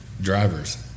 drivers